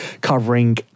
covering